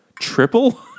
triple